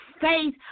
faith